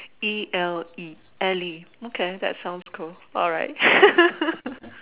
E L E ele okay that sounds cool alright